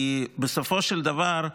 כי בסופו של דבר,